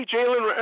Jalen